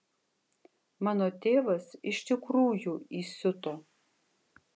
mano tėvas iš tikrųjų įsiuto